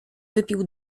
wypił